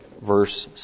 Verse